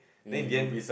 then in the end